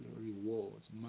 rewards